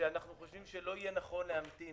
שאנחנו חושבים שלא יהיה נכון להמתין